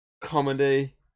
comedy